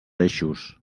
eixos